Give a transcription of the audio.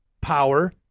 power